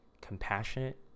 compassionate